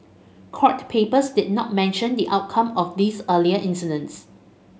court papers did not mention the outcome of these earlier incidents